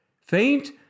faint